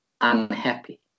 unhappy